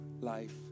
life